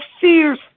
fierce